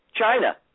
China